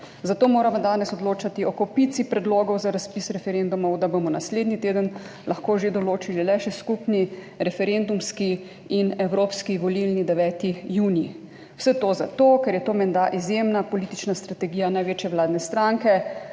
Zato moramo danes odločati o kopici predlogov za razpis referendumov, da bomo naslednji teden lahko že določili le še skupni referendumski in evropski volilni 9. junij. Vse to zato, ker je to menda izjemna politična strategija največje vladne stranke,